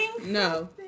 no